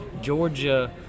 georgia